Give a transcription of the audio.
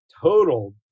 total